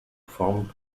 from